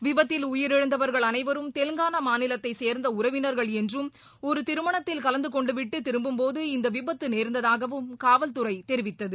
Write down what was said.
விபத்தில் உயரிழந்தவர்கள் அனைவரும் தெலுங்கானா மாநிலத்தை சேர்ந்த உறவினர்கள் என்றும் ஒரு திருமணத்தில் கலந்து கொண்டு விட்டு திரும்பும் போது இந்த விபத்து நேர்ந்ததாகவும் காவல்துறை தெரிவித்தது